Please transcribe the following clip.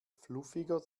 fluffiger